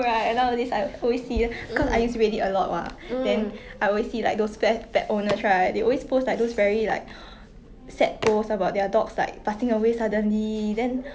mm mm